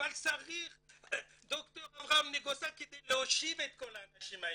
אבל צריך את ד"ר אברהם נגוסה כדי להושיב את כל האנשים האלה,